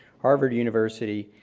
harvard university.